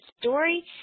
story